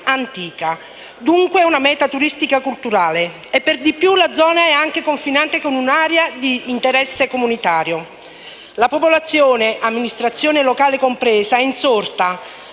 La popolazione, amministrazione locale compresa, è insorta